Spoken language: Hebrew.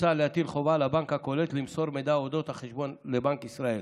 מוצע להטיל חובה על הבנק הקולט למסור מידע על אודות החשבון לבנק ישראל.